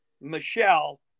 Michelle